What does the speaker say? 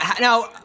Now